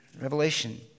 Revelation